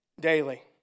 daily